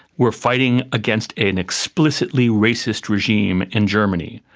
we're fighting against an explicitly racist regime in germany,